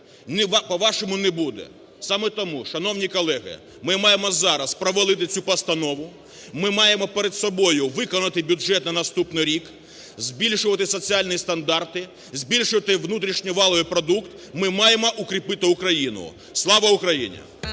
по вашому не буде. Саме тому, шановні колеги, ми маємо зараз провалити цю постанову. Ми маємо перед собою виконати бюджет на наступний рік, збільшувати соціальні стандарти, збільшити внутрішній валовий продукт, – ми маємо укріпити Україну. Слава Україні.